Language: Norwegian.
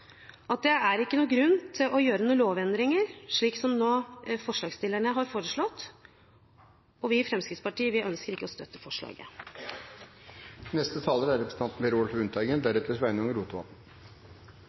at det ikke er noen grunn til å gjøre noen lovendringer slik forslagsstillerne nå har foreslått, og vi i Fremskrittspartiet ønsker ikke å støtte forslaget.